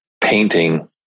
painting